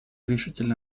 решительно